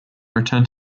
returned